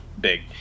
big